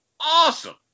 awesome